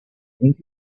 think